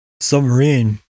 submarine